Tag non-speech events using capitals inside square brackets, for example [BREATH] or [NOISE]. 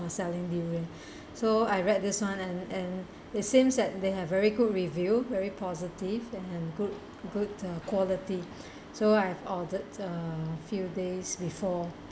for selling durian [BREATH] so I read this one and and it seems that they had very good review very positive and good good quality [BREATH] so I've ordered uh few days before